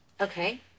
Okay